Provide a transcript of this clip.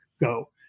go